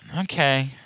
Okay